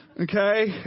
Okay